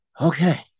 Okay